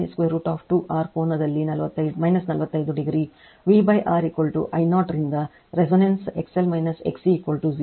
V R I 0 ರಿಂದ resonance XL XC 0 ಮತ್ತುXL XC 0 ಆಗಿದ್ದರೆ ಪ್ರವಾಹವು ಗರಿಷ್ಠವಾಗಿರುತ್ತದೆ